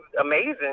amazing